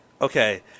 okay